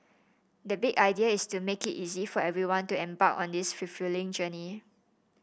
the big idea is to make it easy for everyone to embark on this fulfilling journey